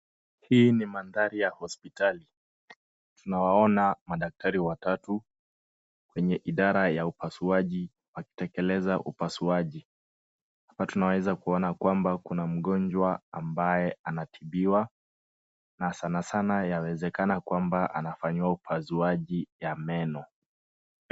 Hii ni mandhari ya hospitali, tuna waona madaktari watatu kwenye idara ya upasuaji wakitekeleza upasuaji. Hapa tunaweza kuona kwamba kuna mgonjwa ambaye anatibiwa na sana sana yawezekana kwamba anafanyiwa upasuaji ya meno.